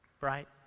right